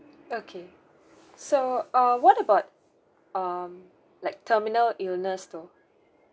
okay so uh what about um like terminal illness though